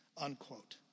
Unquote